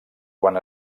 quan